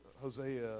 Hosea